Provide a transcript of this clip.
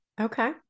Okay